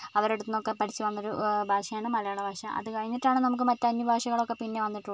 അവരടുത്തുനിന്നൊക്കെ പഠിച്ചുവന്നൊരു ഭാഷയാണ് മലയാളഭാഷ അത് കഴിഞ്ഞിട്ടാണ് നമുക്ക് മറ്റ് അന്യ ഭാഷകളൊക്കെ പിന്നെ വന്നിട്ടുള്ളൂ